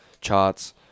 charts